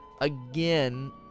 again